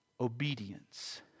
obedience